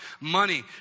money